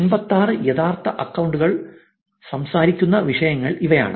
86 യഥാർത്ഥ അക്കൌണ്ടുകൾ സംസാരിക്കുന്ന വിഷയങ്ങൾ ഇവയാണ്